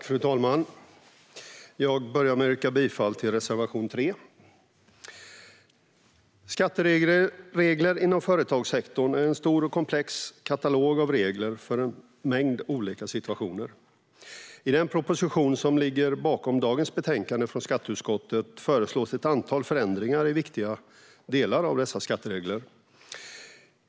Fru talman! Jag börjar med att yrka bifall till reservation 3. Skattereglerna inom företagssektorn är en stor och komplex katalog av regler för en mängd olika situationer. I den proposition som ligger bakom dagens betänkande från skatteutskottet föreslås ett antal förändringar i viktiga delar av dessa skatteregler.